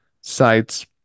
sites